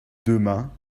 demain